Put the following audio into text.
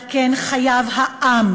על כן חייב העם,